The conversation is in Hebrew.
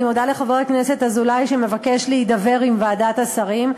אני מודה לחבר הכנסת אזולאי שמבקש להידבר עם ועדת השרים.